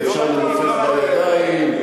ואפשר לנופף בידיים,